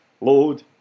load